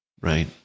Right